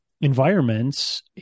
environments